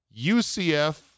UCF